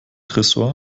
tresor